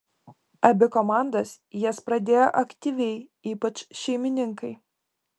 abi komandos jas pradėjo aktyviai ypač šeimininkai